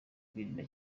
kwirinda